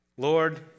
Lord